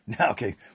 Okay